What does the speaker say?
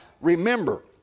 remember